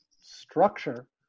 structure